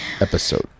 episode